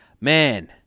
man